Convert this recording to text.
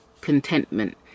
contentment